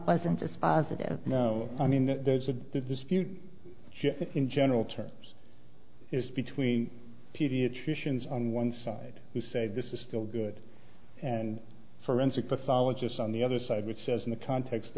wasn't dispositive no i mean there's a dispute in general terms it's between pediatricians on one side who say this is still good and forensic pathologist on the other side which says in the context